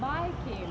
boy came